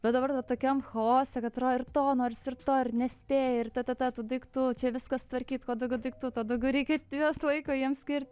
bet dabar va tokiam chaose kad atrodo ir to norisi ir to ir nespėji ir ta ta ta tų daiktų čia viską sutvarkyt kuo daugiau daiktų tuo daugiau reikia juos laiko jiems skirt